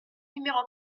numéro